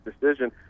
decision